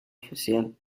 oficial